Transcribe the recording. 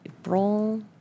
April